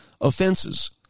offenses